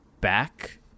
back